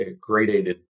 gradated